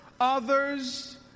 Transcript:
others